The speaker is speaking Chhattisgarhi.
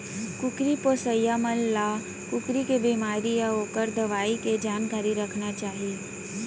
कुकरी पोसइया मन ल कुकरी के बेमारी अउ ओकर दवई के जानकारी रखना चाही